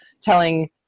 telling